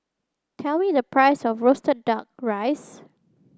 tell me the price of roasted duck rice